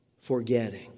forgetting